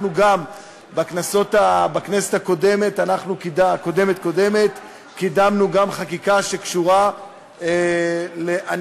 אנחנו גם בכנסת הקודמת לקודמת קידמנו חקיקה שקשורה לענישת